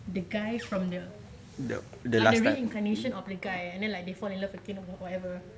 the guy from the like reinclination of the guy and then they fall in love again or whatever